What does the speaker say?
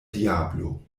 diablo